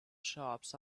shops